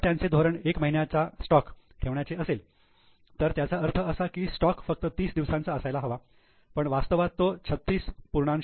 जर त्यांचे धोरण एक महिन्याचा स्टॉक ठेवण्याचे असेल तर त्याचा अर्थ असा की स्टॉक फक्त तीस दिवसांचा असायला हवा पण वास्तवात तो 36